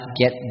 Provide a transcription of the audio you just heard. get